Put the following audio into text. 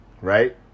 right